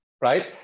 right